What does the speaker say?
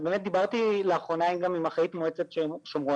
אז באמת דיברתי לאחרונה גם עם אחראית מועצת שומרון.